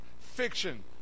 fiction